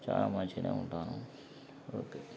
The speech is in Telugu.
చాలా మంచిగానే ఉంటున్నాం ఓకే